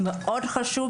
וחשוב מאוד,